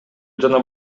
жана